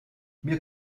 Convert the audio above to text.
mir